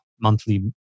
monthly